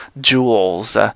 jewels